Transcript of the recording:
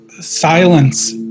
silence